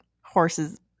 horse's